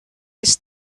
this